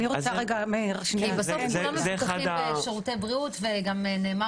אני רוצה רגע -- כי בסוף כולם מבוטחים בשירותי בריאות וגם נאמר